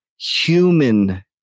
human